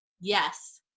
Yes